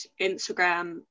Instagram